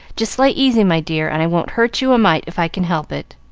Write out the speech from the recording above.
just lay easy, my dear, and i won't hurt you a mite if i can help it.